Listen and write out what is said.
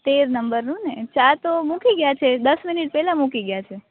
તેર નંબર નું ને ચા તો મૂકી ગયા છે દસ મિનિટ પેહલા મૂકી ગયા છે